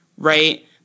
right